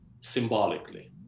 symbolically